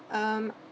um